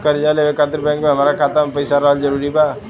कर्जा लेवे खातिर बैंक मे हमरा खाता मे पईसा रहल जरूरी बा?